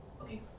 Okay